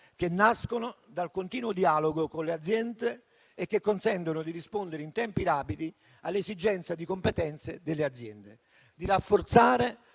che nascono dal continuo dialogo con le aziende e che consentono di rispondere in tempi rapidi all'esigenza di competenze delle aziende. E, ancora,